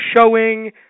showing